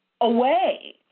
away